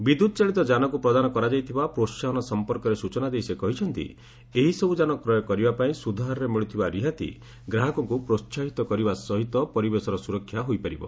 ବିଦ୍ୟୁତ୍ଚାଳିତ ଯାନକୁ ପ୍ରଦାନ କରାଯାଇଥିବା ପ୍ରୋହାହନ ସମ୍ପର୍କରେ ସୂଚନା ଦେଇ ସେ କହିଛନ୍ତି ଏହିସବୁ ଯାନ କ୍ରୟ କରିବାପାଇଁ ସୁଧ ହାରରେ ମିଳୁଥିବା ରିହାତି ଗ୍ରାହକଙ୍କୁ ପ୍ରୋସାହିତ କରିବା ସହିତ ପରିବେଶର ସୁରକ୍ଷା ହୋଇପାରିବ